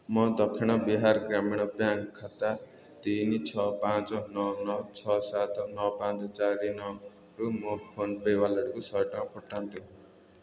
ମୋ ଦକ୍ଷିଣ ବିହାର ଗ୍ରାମୀଣ ବ୍ୟାଙ୍କ୍ ଖାତା ତିନି ଛଅ ପାଞ୍ଚ ନଅ ନଅ ଛଅ ସାତ ନଅ ପାଞ୍ଚ ଚାରି ନଅ ରୁ ମୋ ଫୋନ୍ ପେ ୱାଲେଟକୁ ଶହେ ଟଙ୍କା ପଠାନ୍ତୁ